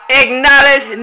acknowledge